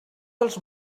dels